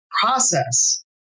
process